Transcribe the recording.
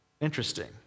Interesting